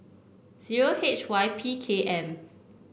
zero H Y P K M